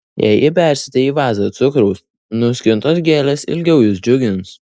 jei įbersite į vazą cukraus nuskintos gėlės ilgiau jus džiugins